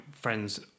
friends